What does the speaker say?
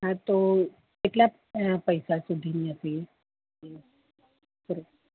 હાતો કેટલા તેના પૈસા સુધીની હશે એ પર